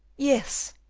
yes,